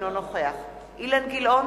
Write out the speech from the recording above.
אינו נוכח אילן גילאון,